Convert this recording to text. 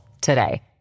today